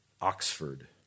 Oxford